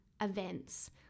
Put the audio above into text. events